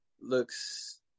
looks